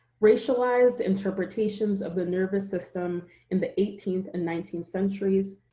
racialized interpretations of the nervous system in the eighteenth and nineteenth centuries,